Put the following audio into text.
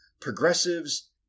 progressives